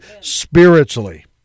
spiritually